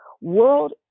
world